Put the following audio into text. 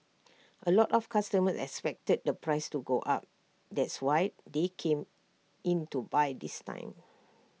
A lot of customers expected the price to go up that's why they came in to buy this time